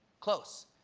close.